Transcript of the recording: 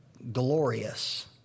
Glorious